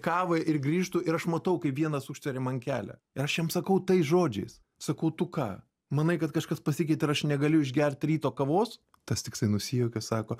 kavą ir grįžtu ir aš matau kaip vienas užtveria man kelią aš jam sakau tais žodžiais sakau tu ką manai kad kažkas pasikeitė ir aš negaliu išgert ryto kavos tas toksai nusijuokė sako